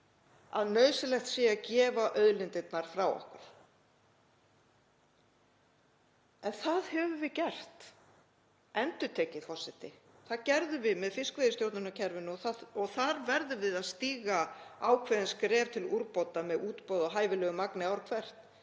að nauðsynlegt sé að gefa auðlindirnar frá okkur. En það höfum við gert endurtekið, forseti. Það gerðum við með fiskveiðistjórnarkerfinu og þar verðum við að stíga ákveðin skref til úrbóta með útboði á hæfilegu magni ár hvert